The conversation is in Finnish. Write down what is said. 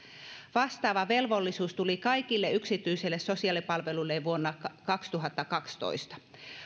vastaava velvollisuus tuli kaikille yksityisille sosiaalipalveluille vuonna kaksituhattakaksitoista